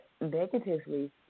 negatively